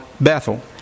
Bethel